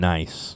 Nice